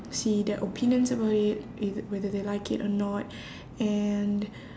see their opinions about it either whether they like it or not and